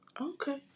Okay